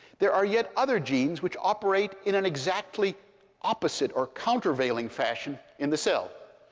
there are yet other genes which operate in an exactly opposite or countervailing fashion in the cell.